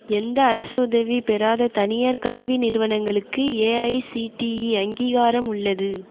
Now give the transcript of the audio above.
எந்த அரசு உதவி பெறாத தனியார் கல்வி நிறுவனங்களுக்கு ஏஐசிடிஇ அங்கீகாரம் உள்ளது